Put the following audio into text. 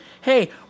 hey